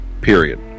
Period